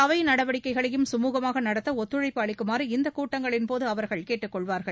அவை நடவடிக்கைகளையும் சுமூகமாக நடத்த ஒத்துழைப்பு அளிக்குமாறு இந்த இரு கூட்டங்களின்போது அவர்கள் கேட்டுக்கொள்வார்கள்